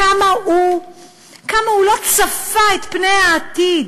כמה הוא לא צפה את פני העתיד.